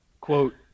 Quote